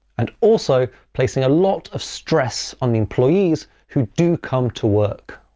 and also placing a lot of stress on the employees who do come to work.